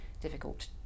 difficult